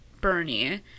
bernie